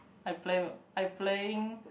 I play I playing